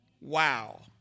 Wow